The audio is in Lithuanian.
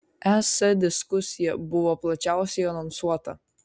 es diskusija buvo plačiausiai anonsuota